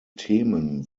themen